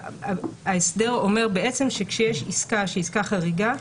ההסדר אומר שכשיש עסקה שהיא עסקה חריגה,